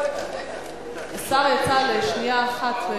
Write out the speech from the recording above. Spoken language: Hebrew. השר יצא לשנייה אחת.